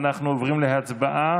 אנחנו עוברים להצבעה